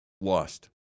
lost